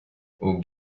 aux